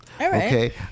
Okay